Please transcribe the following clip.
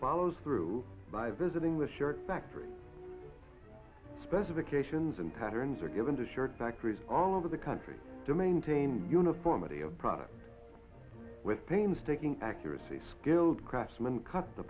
follows through by visiting the shirt factory specifications and patterns are given to shirt factories all over the country to maintain uniformity of product with painstaking accuracy skilled craftsman cut the